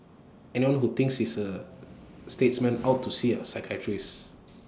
anyone who thinks he is A statesman ought to see A psychiatrist